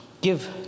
give